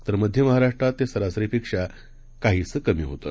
तर मध्य महाराष्ट्रात ते सरासरीपेक्षा काहीसं कमी होतं